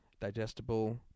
digestible